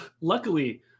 Luckily